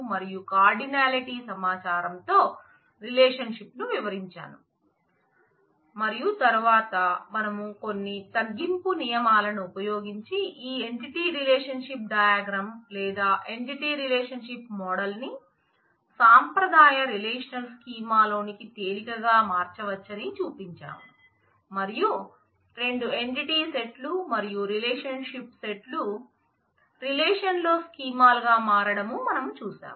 మరియు తరువాత మనం కొన్ని తగ్గింపు నియమాలను ఉపయోగించి ఈ entity relationship diagram relational స్కీమాలుగా మారడం మనం చూశాం